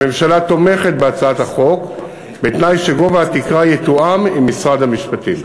הממשלה תומכת בהצעת החוק בתנאי שגובה התקרה יתואם עם משרד המשפטים.